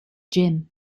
gym